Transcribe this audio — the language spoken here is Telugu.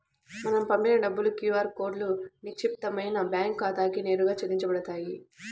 మనం పంపిన డబ్బులు క్యూ ఆర్ కోడ్లో నిక్షిప్తమైన బ్యేంకు ఖాతాకి నేరుగా చెల్లించబడతాయి